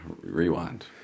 rewind